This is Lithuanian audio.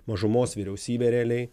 mažumos vyriausybė realiai